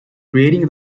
creating